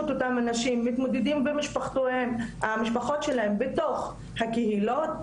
אותם אנשים מתמודדים במשפחות שלהם בתוך הקהילות.